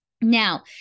Now